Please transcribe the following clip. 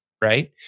right